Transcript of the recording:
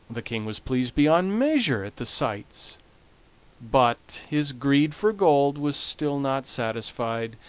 the king was pleased beyond measure at the sights but his greed for gold was still not satisfied,